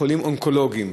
לחולים אונקולוגיים,